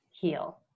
heal